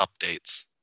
updates